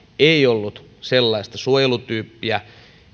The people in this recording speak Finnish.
ei ollut sellaista suojelutyyppiä